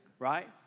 Right